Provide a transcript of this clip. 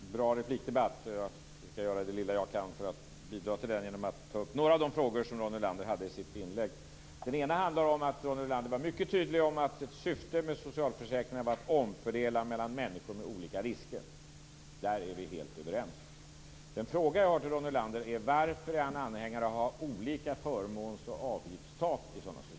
Herr talman! Ronny Olander hoppades på en bra replikdebatt, och jag skall göra det lilla jag kan för att bidra till den genom att ta upp några av de frågor som Den ena frågan handlade om att Ronny Olander var mycket tydlig i fråga om att ett syfte med socialförsäkringarna var att omfördela mellan människor med olika risker. Där är vi helt överens. Den fråga som jag har till Ronny Olander är varför han är anhängare av att man skall ha olika förmåns och avgiftstak i sådana system.